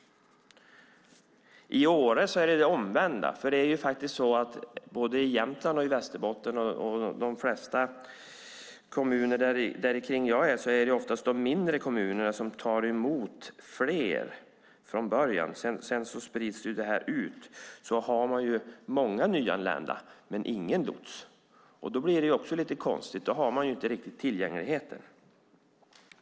I Åre är förhållandet det omvända. Både i Jämtland och i Västerbotten - det gäller de flesta kommuner i det område jag kommer från - är det oftast de mindre kommunerna som tar emot fler från början, och sedan sprids det ut. Därmed har man många nyanlända men ingen lots, vilket blir lite konstigt eftersom man då inte riktigt har tillgängligheten.